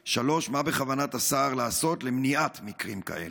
3. מה בכוונת השר לעשות למניעת מקרים כאלה?